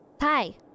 Hi